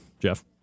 Jeff